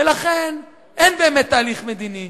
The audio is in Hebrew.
ולכן אין באמת תהליך מדיני.